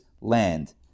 land